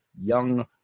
young